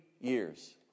years